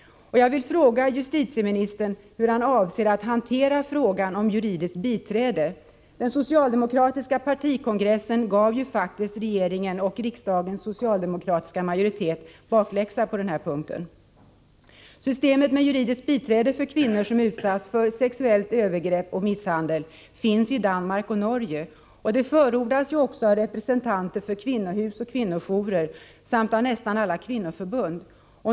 Jag vill fråga justitieministern hur han avser att hantera frågan om juridiskt biträde. Den socialdemokratiska partikongressen gav ju faktiskt regeringen och riksdagens socialdemokrater bakläxa på den här punkten. Ett system med juridiskt biträde för kvinnor som utsatts för sexuellt övergrepp och misshandel finns i Danmark och Norge. Ett sådant system förordas också av representanter för kvinnohus och kvinnojourer samt av nästan alla kvinnoförbund.